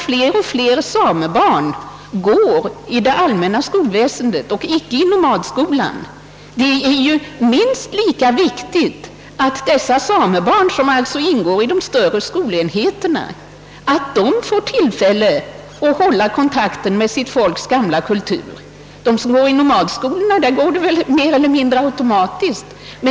Fler och fler samebarn går i de allmänna skolorna och icke i nomadskolor. Det är minst lika viktigt att de sa mebarn som ingår i de större skolenheterna får tillfälle att hålla kontakten med sitt folks gamla kultur. De som går i nomadskolorna gör det väl mer eller mindre automatiskt.